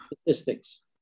statistics